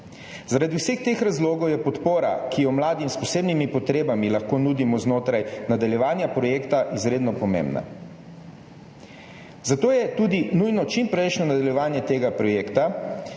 Zaradi vseh teh razlogov je podpora, ki jo mladim s posebnimi potrebami lahko nudimo znotraj nadaljevanja projekta, izredno pomembna. Zato je tudi nujno čimprejšnje nadaljevanje tega projekta,